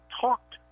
talked